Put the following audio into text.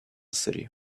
city